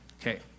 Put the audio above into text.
Okay